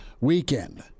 weekend